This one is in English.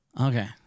Okay